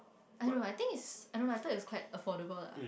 I don't know I think it's I don't know I thought it's quite affordable lah